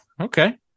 okay